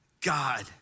God